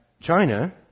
China